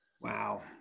Wow